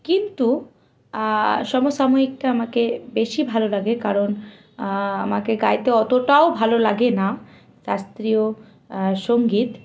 কিন্তু সমসাময়িকটা আমাকে বেশি ভালো লাগে কারণ আমাকে গাইতে অতটা ভালো লাগে না শাস্ত্রীয় সঙ্গীত